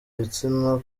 ibitsina